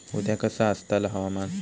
उद्या कसा आसतला हवामान?